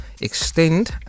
extend